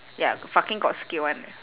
ya fucking got skill [one]